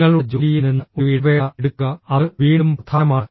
നിങ്ങളുടെ ജോലിയിൽ നിന്ന് ഒരു ഇടവേള എടുക്കുക അത് വീണ്ടും പ്രധാനമാണ്